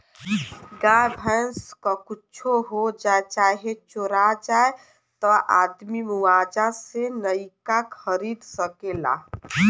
गाय भैंस क कुच्छो हो जाए चाहे चोरा जाए त आदमी मुआवजा से नइका खरीद सकेला